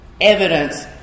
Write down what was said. evidence